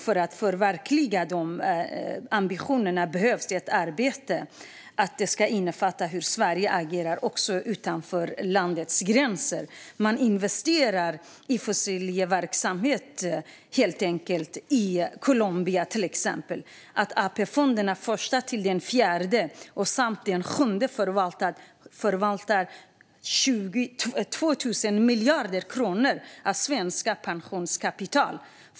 För att förverkliga denna ambition behöver arbetet innefatta hur Sverige agerar också utanför landets gränser. Man investerar i fossil verksamhet i till exempel Colombia. Första-Fjärde AP-fonderna och Sjunde AP-fonden förvaltar 2 000 miljarder kronor av svenskarnas pensionskapital.